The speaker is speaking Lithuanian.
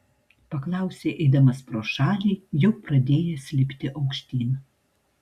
paklausė eidamas pro šalį jau pradėjęs lipti aukštyn